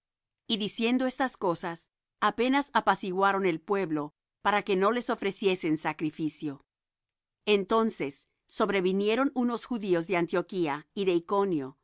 y diciendo estas cosas apenas apaciguaron el pueblo para que no les ofreciesen sacrificio entonces sobrevinieron unos judíos de antioquía y de iconio